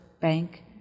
Bank